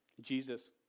Jesus